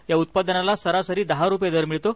या उत्पादनाला सरासरी दहा रुपये दर मिळतो